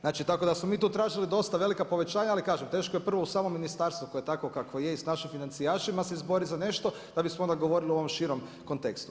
Znači tako da smo mi tu tražili dosta velika povećanja, ali kažem, teško je prvo u samo ministarstvo, koje je takvo kakvo je i s našim financijašima se izboriti za nešto, da bismo onda govorili o širom kontekstu.